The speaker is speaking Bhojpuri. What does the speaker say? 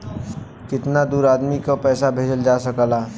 कितना दूर आदमी के पैसा भेजल जा सकला?